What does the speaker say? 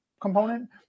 component